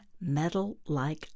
metal-like